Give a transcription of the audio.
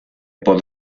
por